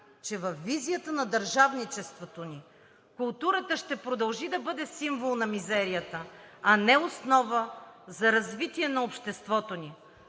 че във визията на държавничеството ни културата ще продължи да бъде символ на мизерията, а не основа за развитие на обществото ни.